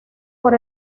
por